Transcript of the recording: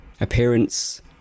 appearance